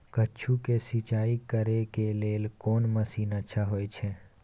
कद्दू के सिंचाई करे के लेल कोन मसीन अच्छा होय है?